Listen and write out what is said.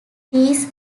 these